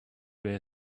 were